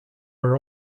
are